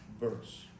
verse